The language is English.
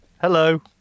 Hello